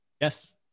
Yes